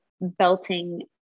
belting